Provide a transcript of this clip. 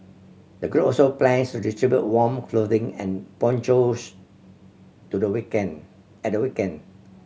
the group also plans to distribute warm clothing and ponchos to the weekend at the weekend